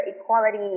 equality